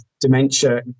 dementia